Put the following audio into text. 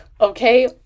Okay